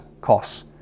costs